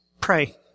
pray